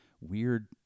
weird